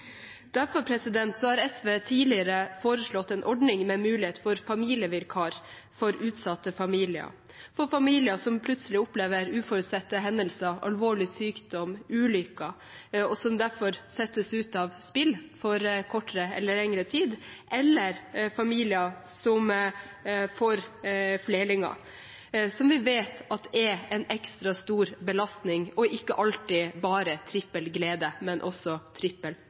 Derfor har SV tidligere foreslått en ordning med mulighet for familievikar for utsatte familier, for familier som plutselig opplever uforutsette hendelser, alvorlig sykdom, ulykker, og som derfor settes ut av spill for kortere eller lengre tid, eller familier som får flerlinger, som vi vet er en ekstra stor belastning og ikke alltid bare ekstra glede, men også